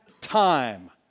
time